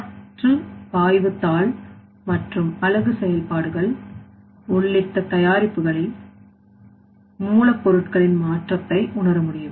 மாற்று பாய்வதால் மற்றும் அலகு செயல்பாடுகள் உள்ளிட்ட தயாரிப்புகளில் மூலப்பொருட்களின் மாற்றத்தை உணர வேண்டும்